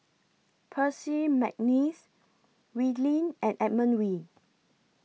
Percy Mcneice Wee Lin and Edmund Wee